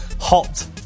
hot